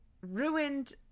ruined